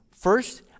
First